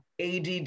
ADD